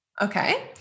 Okay